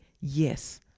yes